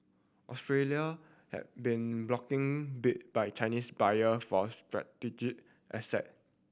Australia has been blocking bid by Chinese buyer for strategic asset